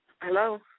Hello